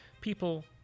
people